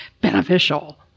beneficial